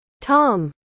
tom